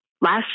Last